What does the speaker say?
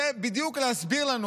זה בדיוק להסביר לנו